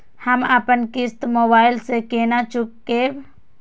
हम अपन किस्त मोबाइल से केना चूकेब?